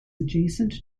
adjacent